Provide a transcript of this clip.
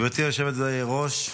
גברתי היושבת-ראש,